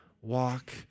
walk